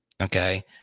okay